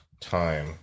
time